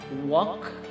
walk